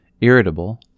irritable